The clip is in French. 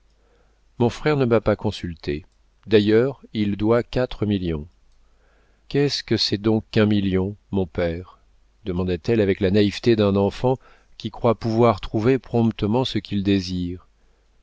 mon frère ne m'a pas consulté d'ailleurs il doit quatre millions qu'est-ce que c'est donc qu'un million mon père demanda-t-elle avec la naïveté d'un enfant qui croit pouvoir trouver promptement ce qu'il désire